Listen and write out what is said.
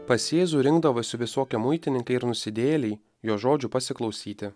pas jėzų rinkdavosi visokie muitininkai ir nusidėjėliai jo žodžių pasiklausyti